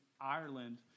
Ireland